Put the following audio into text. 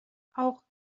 auch